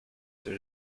there